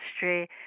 history